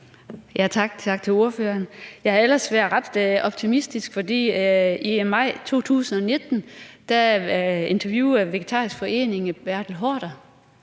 Tak til ordføreren. Jeg har ellers været ret optimistisk, for i maj 2019 interviewede Dansk Vegetarisk Forening Bertel Haarder,